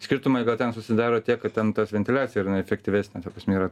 skirtumai gal ten susidaro tiek kad ten tas ventiliacija yra neefektyvesnė ta prasme yra